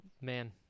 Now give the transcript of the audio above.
man